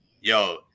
Yo